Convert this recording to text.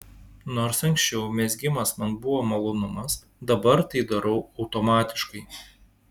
nors anksčiau mezgimas man buvo malonumas dabar tai darau automatiškai